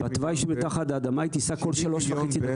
70 מיליון ב-?